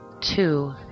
Two